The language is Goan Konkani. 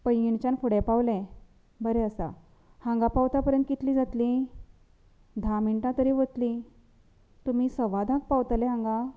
पैंगीणच्यान फुडे पावले बरें आसा हांगा पावता पर्यंत कितली जातली धा मिनटां तरी वतली तुमी सवा धाक पावतले हांगा